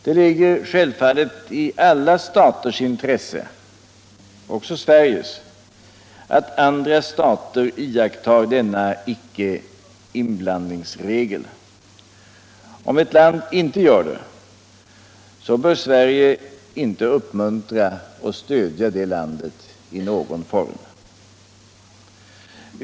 Det ligger självfallet i alla staters intresse — även Sveriges — att andra stater också iakttar denna icke-inblandningsregel. Om ett land inte gör det, bör Sverige därför inte uppmuntra och stödja det landet.